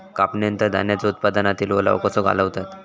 कापणीनंतर धान्यांचो उत्पादनातील ओलावो कसो घालवतत?